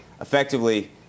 effectively